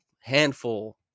handful